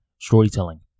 storytelling